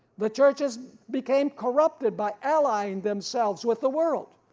the churches became corrupted by align themselves with the world.